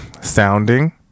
Sounding